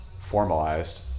formalized